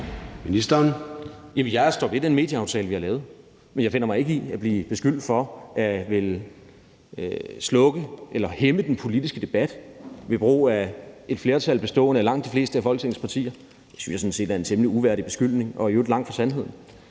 jeg står ved den medieaftale, vi har lavet. Men jeg finder mig ikke i at blive beskyldt for at ville slukke for eller hæmme den politiske debat ved brug af et flertal bestående af langt de fleste af Folketingets partier. Det synes jeg sådan set er en temmelig uværdig beskyldning og i øvrigt langt fra sandheden.